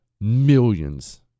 millions